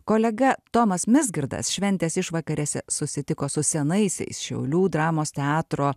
kolega tomas mesgisdas šventės išvakarėse susitiko su senaisiais šiaulių dramos teatro